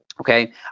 okay